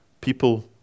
People